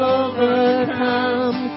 overcome